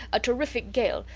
a terrific gale,